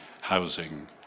housing